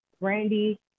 Brandy